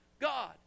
God